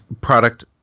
product